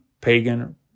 pagan